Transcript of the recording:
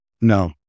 No